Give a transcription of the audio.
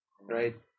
right